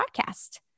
podcast